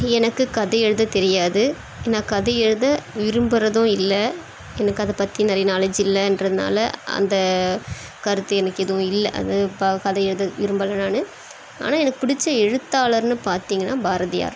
எனக்கு கதை எழுத தெரியாது நான் கதை எழுத விரும்புறதும் இல்லை எனக்கு அதைப் பற்றி நிறைய நாலேஜ் இல்லைன்றதுனால அந்த கருத்து எனக்கு எதுவும் இல்லை அது ப கதை எழுத விரும்பலை நானும் ஆனால் எனக்கு பிடிச்ச எழுத்தாளர்னு பார்த்தீங்கன்னா பாரதியார்